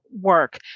work